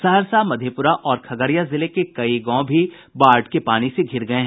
सहरसा मधेपुरा और खगड़िया जिले के कई गांव बाढ के पानी से धिर गये हैं